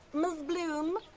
ms bloom,